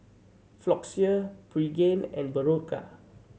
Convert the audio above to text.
Floxia Pregain and Berocca